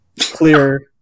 clear